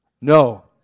No